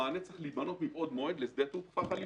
המענה צריך להיבנות מבעוד מועד לשדה תעופה חליפי.